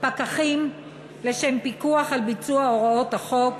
פקחים לשם פיקוח על ביצוע הוראות החוק,